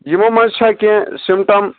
یِمو منٛز چھےٚ کیٚنٛہہ سِمٹم